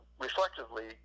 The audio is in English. reflectively